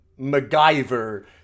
MacGyver